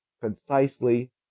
concisely